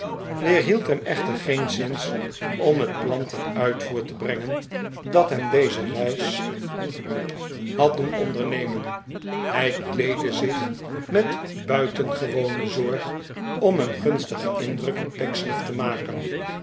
hem echter geenszins om het plan ten uitvoer te brengen dat hem deze reis had doen ondernemen hij kleedde zich met buitengewone zorg om een gunstigen indruk op pecksniff te maken